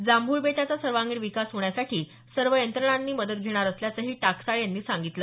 जांभूळ बेटाचा सर्वांगीण विकास होण्यासाठी सर्व यंत्रणांची मदत घेणार असल्याचंही टाकसाळे यांनी सांगितलं